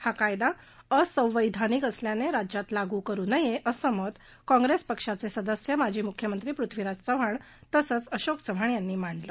हा कायदा असंवैधानिक असल्याने राज्यात लागू करू नये असं मत काँप्रेस पक्षाचे सदस्य माजी मुख्यमंत्री पृथ्वीराज चव्हाण तसंच अशोक चव्हाण यांनी मांडलं